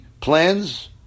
plans